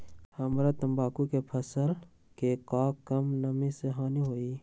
हमरा तंबाकू के फसल के का कम नमी से हानि होई?